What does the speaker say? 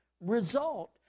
result